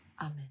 Amen